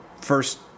first